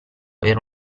era